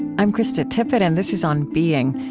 i'm krista tippett and this is on being.